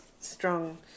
strong